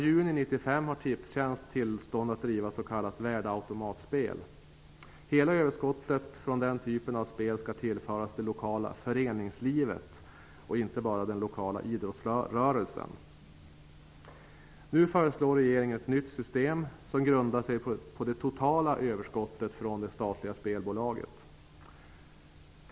värdeautomatspel. Hela överskottet från den typen av spel skall tillföras det lokala föreningslivet, inte bara den lokala idrottsrörelsen. Nu föreslår regeringen ett nytt system som grundar sig på det totala överskottet från det statliga spelbolaget.